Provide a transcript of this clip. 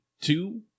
two